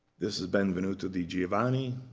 this is benvenuto di giovanni,